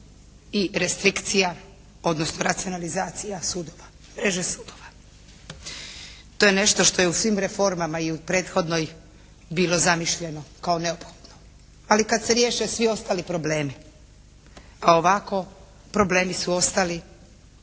i restrikcija, odnosno racionalizacija sudova, mreže sudova. To je nešto što je u svim reformama i u prethodnoj bilo zamišljeno kao neophodno. Ali kada se riješe svi ostali problemi, a ovako problemi su ostali,